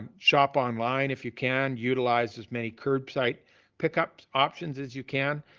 and shop online if you can, utilize as many curves site pickup options as you can.